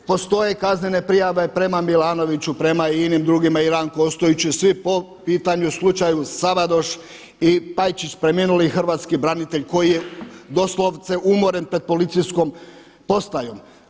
Postoje kaznene prijave prema Milanoviću, prema inim drugima i Ranku Ostojiću i svi po pitanju slučaju Savadoš i Pajčić preminuli hrvatski branitelj koji je doslovce umoren pred policijskom postajom.